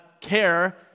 care